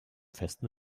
festen